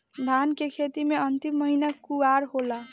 धान के खेती मे अन्तिम महीना कुवार होला?